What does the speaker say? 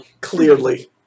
Clearly